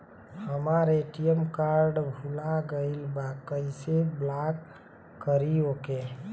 हमार ATM card भूला गईल बा कईसे ब्लॉक करी ओके?